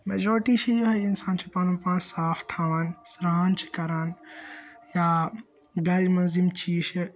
majority چھ یِہے اِنسان چھ پَنُن پان صاف تھاوان سران چھ کَران یا گَرِ منٛز یِم چیز چھ